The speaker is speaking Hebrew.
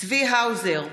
צבי האוזר,